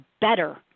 better